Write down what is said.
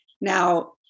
Now